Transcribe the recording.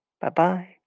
Bye-bye